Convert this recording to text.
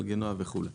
גלגינוע וכולי.